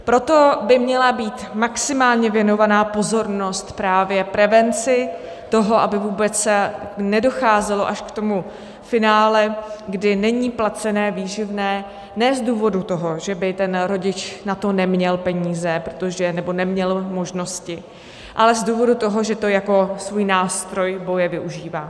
Proto by měla být maximálně věnovaná pozornost právě prevenci toho, aby vůbec nedocházelo až k tomu finále, kdy není placené výživné ne z důvodu toho, že by ten rodič na to neměl peníze nebo neměl možnosti, ale z důvodu toho, že to jako svůj nástroj boje využívá.